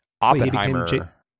Oppenheimer